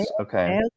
Okay